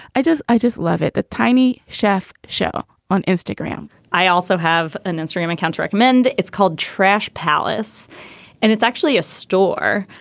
i just i just love it the tiny chef show on instagram i also have an instagram account recommend. it's called trash palace and it's actually a store.